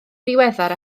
ddiweddar